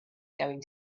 going